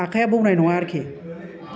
आखाया बौनाय नङा आरखि